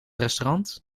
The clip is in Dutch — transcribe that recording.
restaurant